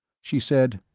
she said,